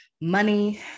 money